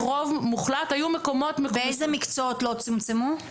באיזה מקצועות לא צומצמו?